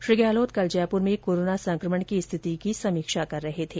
श्री गहलोत कल जयपुर में कोरोना संक्रमण की स्थिति की समीक्षा कर रहे थे